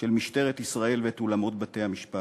של משטרת ישראל ואת אולמות בתי-המשפט.